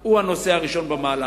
הוא הנושא הראשון במעלה.